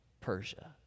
Persia